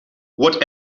what